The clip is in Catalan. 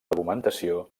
argumentació